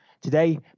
Today